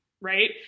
right